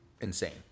insane